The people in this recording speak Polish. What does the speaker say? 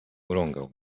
urągał